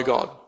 God